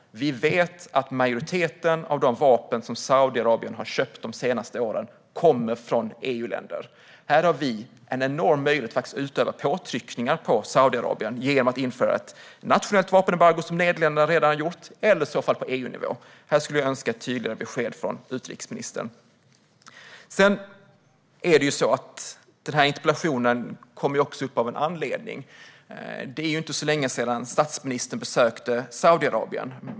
Vi vet att majoriteten av de vapen som Saudiarabien har köpt de senaste åren kommer från EU-länder. Här har vi en enorm möjlighet att utöva påtryckningar på Saudiarabien genom att införa ett nationellt vapenembargo, så som Nederländerna redan har gjort, eller att göra det på EU-nivå. Här skulle jag önska ett tydligare besked från utrikesministern. Denna interpellation ställdes av en anledning. Det är inte så länge sedan statsministern besökte Saudiarabien.